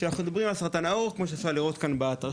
אנחנו על שני סוגים עיקריים של סרטן העור כמו שאפשר לראות בתרשים,